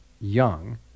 young